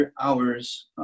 hours